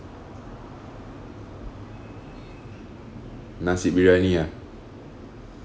nasi biryani ah